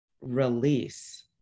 release